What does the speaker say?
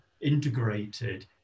integrated